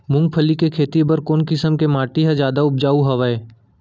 मूंगफली के खेती बर कोन कोन किसम के माटी ह जादा उपजाऊ हवये?